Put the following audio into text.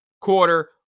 quarter